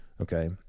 okay